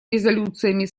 резолюциями